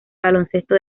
baloncesto